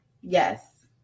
Yes